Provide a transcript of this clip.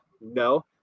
No